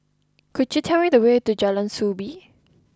could you tell me the way to Jalan Soo Bee